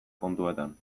kontuetan